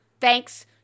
thanks